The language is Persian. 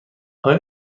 آیا